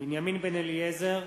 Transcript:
בנימין בן-אליעזר,